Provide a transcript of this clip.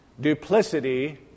duplicity